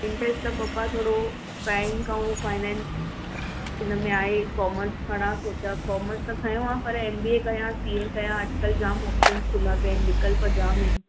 interest त पपा थोरो बैंक ऐं फाईनैंस हिन में आहे कॉमर्स खणां सोचियां कॉमर्स त खयों आहे पर एम बी ए कयां कीअं कयां अॼुकल्ह जामु ऑप्शनस खुला पिया आहिनि विकल्प जामु आहिनि